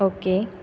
okay